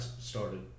started